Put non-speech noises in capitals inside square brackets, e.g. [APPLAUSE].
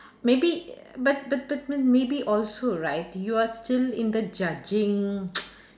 maybe but but but but maybe also right you are still in the judging [NOISE]